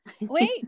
wait